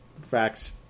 facts